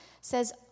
Says